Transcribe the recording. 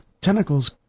tentacles